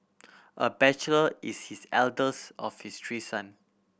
a bachelor is his eldest of his three son